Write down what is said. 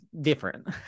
different